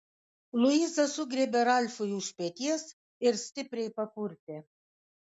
luiza sugriebė ralfui už peties ir stipriai papurtė